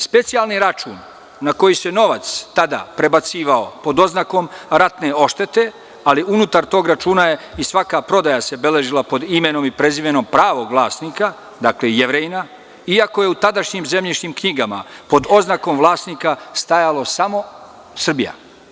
Specijalni račun na koji se novac tada prebacivao pod oznakom ratne odštete, ali unutar tog računa se i svaka prodaja beležila pod imenom i prezimenom pravog vlasnika, dakle, Jevrejina, iako je u tadašnjim zemljišnim knjigama pod oznakom vlasnika stajalo samo – Srbija.